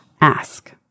ask